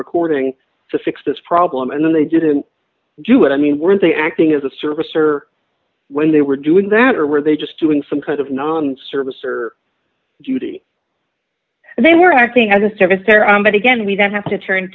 recording to fix this problem and then they didn't do it i mean were they acting as a service or when they were doing that or were they just doing some kind of non service or duty and they were acting as a service there but again we don't have to turn